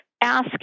ask